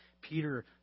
Peter